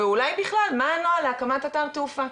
ואולי בכלל מה הנוהל להקמת אתר תעופה.